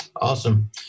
Awesome